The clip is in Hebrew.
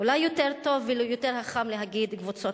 ואולי יותר טוב ויותר חכם להגיד: קבוצות